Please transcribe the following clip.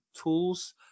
tools